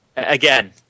again